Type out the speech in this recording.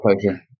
pleasure